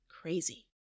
crazy